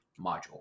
module